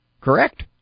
correct